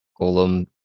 golem